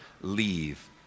leave